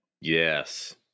Yes